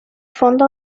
fondo